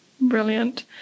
Brilliant